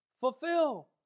fulfill